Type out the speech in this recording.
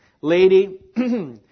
lady